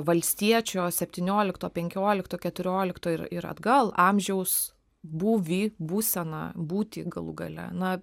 valstiečio septyniolikto penkiolikto keturiolikto ir ir atgal amžiaus būvį būseną būtį galų gale na